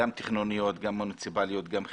גם תכנוניות, גם מוניציפליות, גם חברתיות,